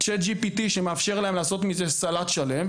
ChatGPT שמאפשר להם לעשות מזה סלט שלם,